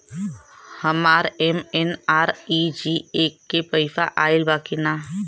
हमार एम.एन.आर.ई.जी.ए के पैसा आइल बा कि ना?